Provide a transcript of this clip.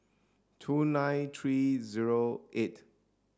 two nine three zero eight